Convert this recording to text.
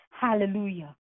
Hallelujah